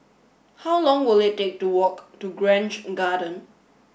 how long will it take to walk to Grange Garden